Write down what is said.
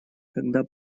когда